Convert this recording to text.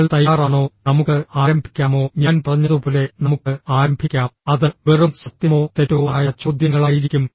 നിങ്ങൾ തയ്യാറാണോ നമുക്ക് ആരംഭിക്കാമോ ഞാൻ പറഞ്ഞതുപോലെ നമുക്ക് ആരംഭിക്കാം അത് വെറും സത്യമോ തെറ്റോ ആയ ചോദ്യങ്ങളായിരിക്കും